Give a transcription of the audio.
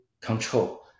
control